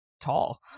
tall